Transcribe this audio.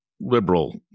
liberal